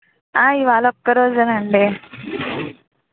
ఇవాళ ఒక్క రోజేనండి